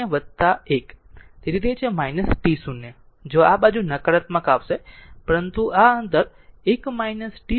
તેથી તે છે t 0 જો આ બાજુ નકારાત્મક આવશે પરંતુ અંતર 1 t0 1 છે